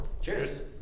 Cheers